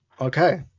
Okay